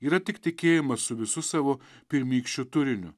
yra tik tikėjimas su visu savo pirmykščiu turiniu